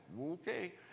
okay